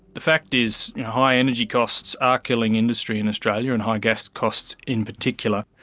the fact is, high energy costs are killing industry in australia, and high gas costs in particular.